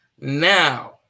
Now